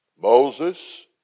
Moses